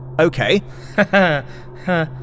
okay